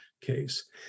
case